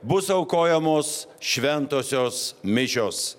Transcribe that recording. bus aukojamos šventosios mišios